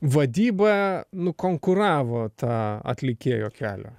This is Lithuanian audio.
vadyba nukonkuravo tą atlikėjo kelią